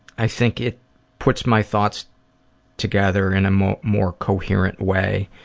i think it puts my thoughts together in a more more coherent way.